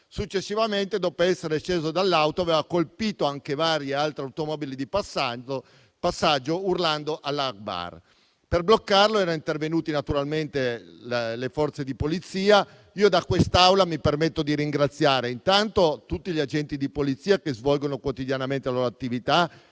Successivamente, dopo essere sceso dall'auto, aveva colpito anche varie altre automobili di passaggio urlando «Allah akbar». Per bloccarlo erano intervenute, naturalmente, le Forze di polizia. Io da quest'Aula mi permetto di ringraziare, intanto, tutti gli agenti di polizia che svolgono quotidianamente la loro attività,